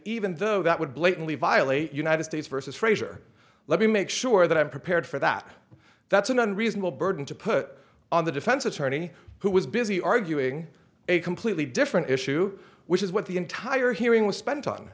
even though that would blatantly violate united states versus frazier let me make sure that i'm prepared for that that's an unreasonable burden to put on the defense attorney who was busy arguing a completely different issue which is what the entire hearing was spent on